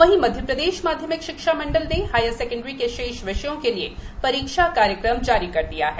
वहीं मप्र माध्यमिक शिक्षा मंडल ने हायर सेकंडरी के शेष विषयों के लिए परीक्षा कार्यक्रम जारी कर दिया है